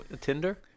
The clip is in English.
Tinder